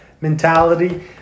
mentality